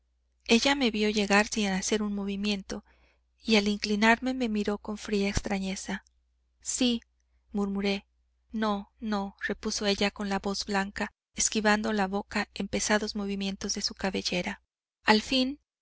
ella me vió llegar sin hacer un movimiento y al inclinarme me miró con fría extrañeza sí murmuré no no repuso ella con la voz blanca esquivando la boca en pesados movimiento de su cabellera al fin